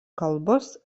kalbos